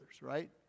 right